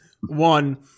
One